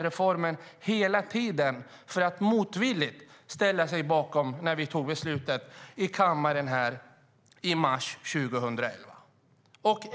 reformen hela tiden och ställde sig motvilligt bakom när vi tog beslutet i kammaren i mars 2011.